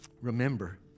remember